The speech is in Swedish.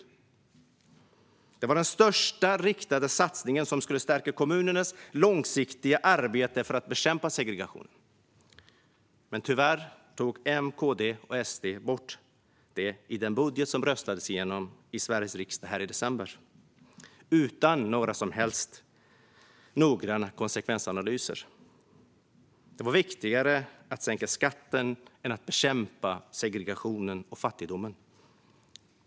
Detta var den största riktade satsningen som skulle stärka kommunernas långsiktiga arbete för att bekämpa segregation. Men tyvärr tog M, KD och SD bort den satsningen i den budget som röstades igenom i Sveriges riksdag i december - utan några som helst noggranna konsekvensanalyser. Det var viktigare att sänka skatten än att bekämpa segregationen och fattigdomen.